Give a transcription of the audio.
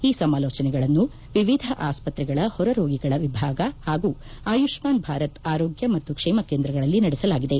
ಈ ಸಮಾಲೋಚನೆಗಳನ್ನು ವಿವಿಧ ಆಸ್ಪತ್ರೆಗಳ ಹೊರರೋಗಿಗಳ ವಿಭಾಗ ಹಾಗೂ ಆಯುಷ್ಸಾನ್ ಭಾರತ್ ಆರೋಗ್ನ ಮತ್ತು ಕ್ಷೇಮ ಕೇಂದ್ರಗಳಲ್ಲಿ ನಡೆಸಲಾಗಿದೆ